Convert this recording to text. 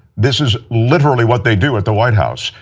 this is literally what they do at the white house.